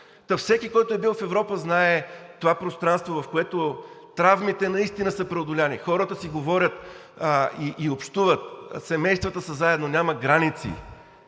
всеки, който е бил в Европа, знае това пространство, в което травмите наистина са преодолени, хората си говорят и общуват, семействата са заедно, няма граници.